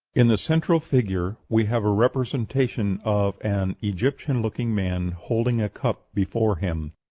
in the central figure we have a representation of an egyptian-looking man holding a cup before him.